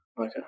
Okay